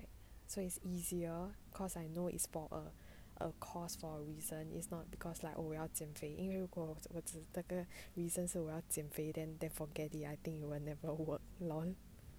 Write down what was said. so it's easier cause I know is for a a cause for a reason is not because like 我要减肥因为如果真的只那个 reasons 我要减肥 then then forget it I think you will never work lor